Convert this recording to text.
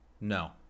No